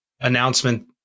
announcement